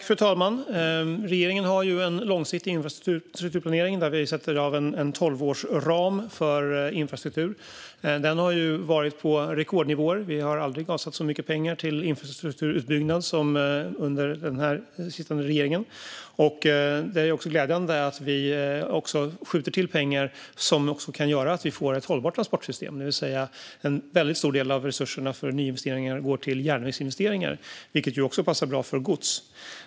Fru talman! Regeringen har en långsiktig infrastrukturplanering där vi sätter av en tolvårsram för infrastruktur. Den har varit på rekordnivåer. Vi har aldrig avsatt så mycket pengar till infrastrukturutbyggnad som under den här sittande regeringen. Det är också glädjande att vi skjuter till pengar som kan göra att vi får ett hållbart transportsystem, det vill säga en väldigt stor del av resurserna för nyinvesteringar går till järnvägsinvesteringar, vilket också passar bra för gods.